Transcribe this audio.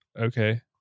okay